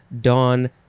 dawn